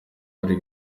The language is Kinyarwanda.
bari